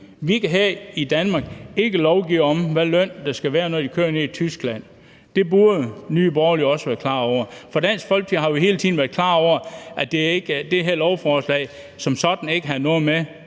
Vi kan her i Danmark ikke lovgive om, hvilken løn de skal have, når de kører nede i Tyskland, og det burde Nye Borgerlige også være klar over. Dansk Folkeparti har jo hele tiden været klar over, at det her lovforslag ikke som